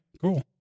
cool